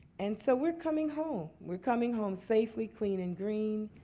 and so we're coming home. we're coming home safely, clean, and green.